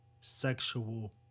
sexual